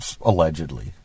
allegedly